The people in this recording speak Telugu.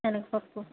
సెనగపప్పు